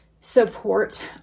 support